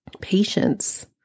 patience